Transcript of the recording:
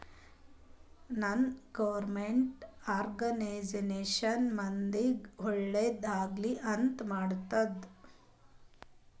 ನಾನ್ government organisation ಮಂದಿಗ್ ಒಳ್ಳೇದ್ ಆಗ್ಲಿ ಅಂತ್ ಮಾಡ್ತುದ್